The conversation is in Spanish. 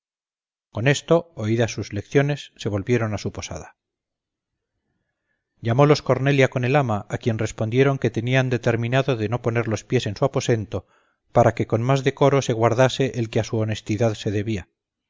con esto oídas sus lecciones se volvieron a su posada llamólos cornelia con el ama a quien respondieron que tenían determinado de no poner los pies en su aposento para que con más decoro se guardase el que a su honestidad se debía